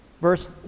Verse